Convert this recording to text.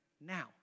Now